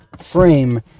frame